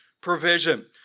provision